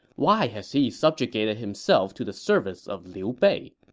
why has he subjugated himself to the service of liu bei?